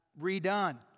redone